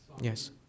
Yes